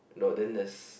no then there's